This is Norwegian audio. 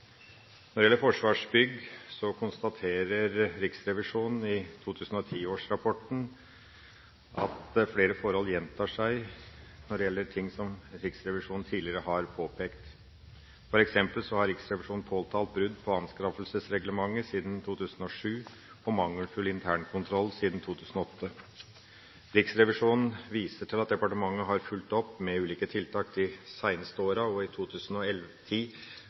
Når det gjelder Forsvarsbygg, konstaterer Riksrevisjonen i 2010-årsrapporten at flere forhold gjentar seg av ting som Riksrevisjonen tidligere har påpekt. For eksempel har Riksrevisjonen påtalt brudd på anskaffelsesreglementet siden 2007 og mangelfull internkontroll siden 2008. Riksrevisjonen viser til at departementet har fulgt opp med ulike tiltak de seineste åra og i